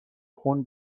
خون